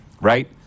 right